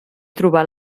trobar